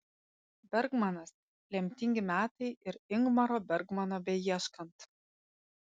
bergmanas lemtingi metai ir ingmaro bergmano beieškant